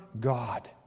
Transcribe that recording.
God